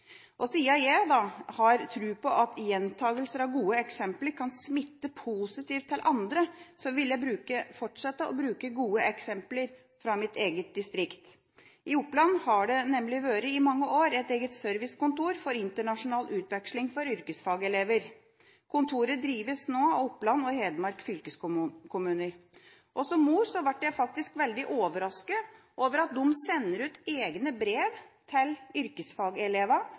jeg har tro på at gjentakelser av gode eksempler kan smitte positivt til andre, vil jeg fortsette å bruke gode eksempler fra mitt eget distrikt. I Oppland har det nemlig i mange år vært et eget servicekontor for internasjonal utveksling for yrkesfagelever. Kontoret drives nå av Oppland og Hedmark fylkeskommuner. Som mor ble jeg faktisk veldig overrasket over at de sender ut egne brev til